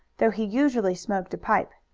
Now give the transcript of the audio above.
though he usually smoked a pipe.